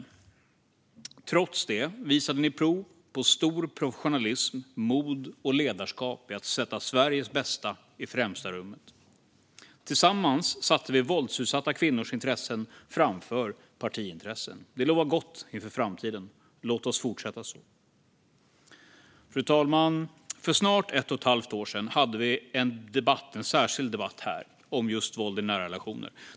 Trots det visade ni prov på stor professionalism och stort mod och ledarskap i att sätta Sveriges bästa i främsta rummet. Tillsammans satte vi våldsutsatta kvinnors intressen framför partiintressen. Det lovar gott inför framtiden. Låt oss fortsätta så. Fru talman! För snart ett och ett halvt år sedan hade vi en särskild debatt om just våld i nära relationer.